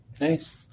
Nice